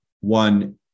One